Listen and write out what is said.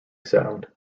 sound